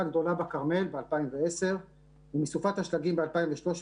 הגדולה בכרמל ב-2010 ומסופת השלגים ב-2013,